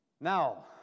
Now